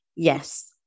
Yes